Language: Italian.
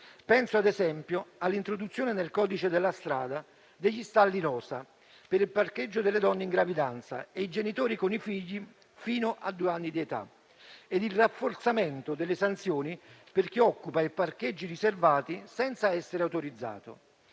Penso - ad esempio - all'introduzione nel codice della strada degli stalli rosa, per il parcheggio delle donne in gravidanza e i genitori con i figli fino a due anni di età, e il rafforzamento delle sanzioni per chi occupa i parcheggi riservati senza essere autorizzato.